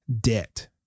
Debt